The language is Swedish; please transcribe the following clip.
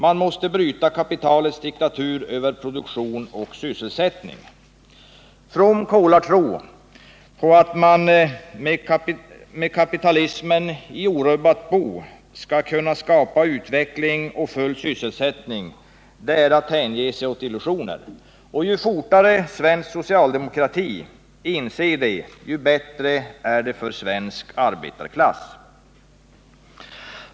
Man måste bryta kapitalets diktatur över produktion och sysselsättning. From kolartro på att man med kapitalismen i orubbat bo skall kunna skapa utveckling och full sysselsättning är att hänge sig åt illusioner. Ju fortare svensk socialdemokrati inser det, desto bättre är det för svensk arbetarklass.